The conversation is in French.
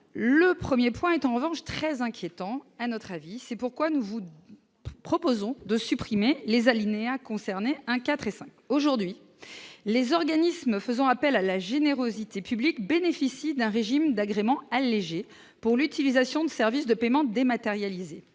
le 1er point en revanche très inquiétant, à notre avis, c'est pourquoi nous vous proposons de supprimer les alinéas concernés 1 4 et 5 aujourd'hui les organismes faisant appel à la générosité publique bénéficie d'un régime d'agrément allégé pour l'utilisation de services de paiement dématérialisé